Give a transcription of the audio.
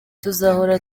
tuzahora